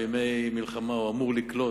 בימי מלחמה הוא אמור לקלוט,